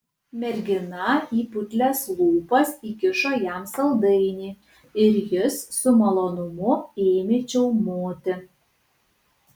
mergina į putlias lūpas įkišo jam saldainį ir jis su malonumu ėmė čiaumoti